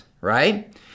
right